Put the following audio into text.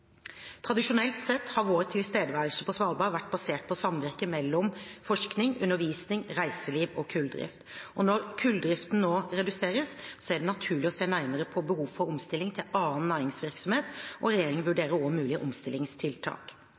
Tradisjonelt sett har vår tilstedeværelse på Svalbard vært basert på samvirke mellom forskning, undervisning, reiseliv og kulldrift. Når kulldriften nå reduseres, er det naturlig å se nærmere på behovet for omstilling til annen næringsvirksomhet, og regjeringen vurderer også mulige omstillingstiltak.